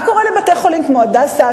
מה קורה לבתי-חולים כמו "הדסה",